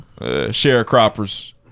Sharecroppers